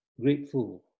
grateful